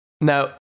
Now